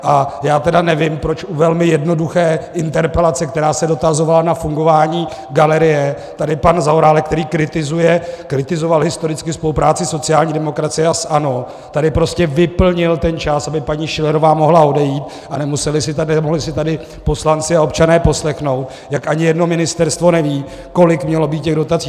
A já tedy nevím, proč u velmi jednoduché interpelace, která se dotazovala na fungování galerie, tady pan Zaorálek, který kritizoval historicky spolupráci sociální demokracie a ANO, tady prostě vyplnil ten čas, aby paní Schillerová mohla odejít a nemohli si tady poslanci a občané poslechnout, jak ani jedno ministerstvo neví, kolik mělo být těch dotací.